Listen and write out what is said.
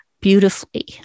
beautifully